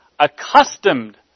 Accustomed